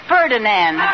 Ferdinand